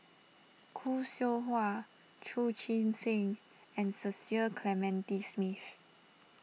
Khoo Seow Hwa Chu Chee Seng and Cecil Clementi Smith